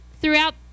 throughout